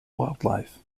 wildlife